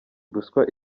ruswa